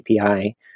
API